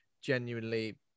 genuinely